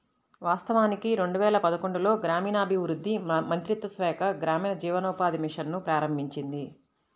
వాస్తవానికి రెండు వేల పదకొండులో గ్రామీణాభివృద్ధి మంత్రిత్వ శాఖ గ్రామీణ జీవనోపాధి మిషన్ ను ప్రారంభించింది